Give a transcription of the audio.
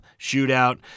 shootout